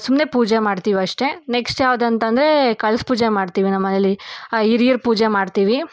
ಸುಮ್ಮನೆ ಪೂಜೆ ಮಾಡ್ತಿವಿ ಅಷ್ಟೇ ನೆಕ್ಸ್ಟ್ ಯಾವ್ದು ಅಂತ ಅಂದರೆ ಕಳ್ಸ ಪೂಜೆ ಮಾಡ್ತೀವಿ ನಮ್ಮನೇಲಿ ಹಿರಿಯರ್ ಪೂಜೆ ಮಾಡ್ತೀವಿ